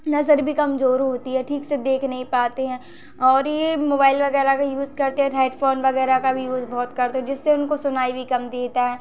नज़र भी कमजोर होती है ठीक से देख नहीं पाते हैं और ये मोबाइल वगैरह का यूज़ करते हैं हैडफोन वगैरह का भी यूज़ बहुत करते हैं जिससे उनको सुनाई भी कम देता है